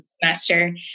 semester